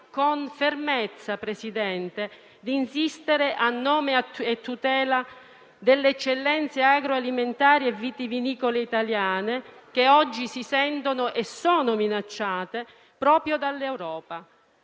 con fermezza, Presidente, di insistere a nome e a tutela delle eccellenze agroalimentari e vitivinicole italiane, che oggi si sentono e sono minacciate proprio dall'Europa.